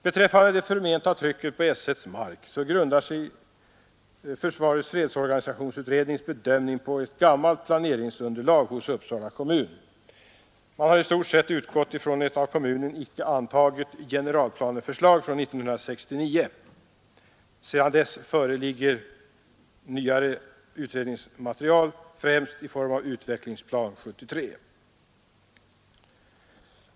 Beträffande det förmenta trycket på S1:s mark grundar sig försvarets fredsorganisationsutrednings bedömning på ett gammalt planeringsunderlag hos Uppsala kommun. Utredningen har i stort sett utgått från ett av kommunen icke antaget generalplaneförslag från 1969. Sedan dess föreligger nyare utredningsmaterial, främst i form av utvecklingsplan 73.